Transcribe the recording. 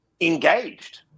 engaged